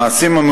המעשים האלה,